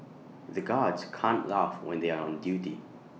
the guards can't laugh when they are on duty